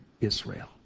Israel